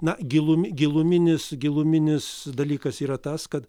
na gilum giluminis giluminis dalykas yra tas kad